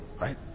right